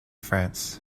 france